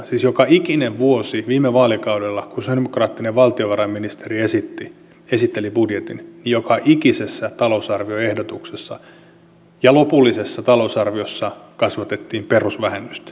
siis joka ikinen vuosi viime vaalikaudella kun sosialidemokraattinen valtiovarainministeri esitteli budjetin joka ikisessä talousarvioehdotuksessa ja lopullisessa talousarviossa kasvatettiin perusvähennystä